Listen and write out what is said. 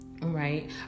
Right